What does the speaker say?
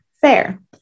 fair